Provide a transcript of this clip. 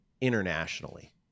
internationally